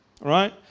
right